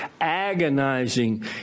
agonizing